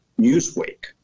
Newsweek